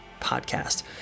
podcast